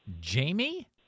Jamie